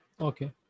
Okay